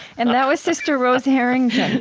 and that was sister rose harrington,